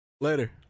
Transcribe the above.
Later